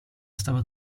stava